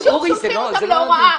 שולחים את הנשים להוראה.